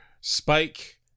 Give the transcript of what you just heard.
Spike